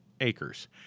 acres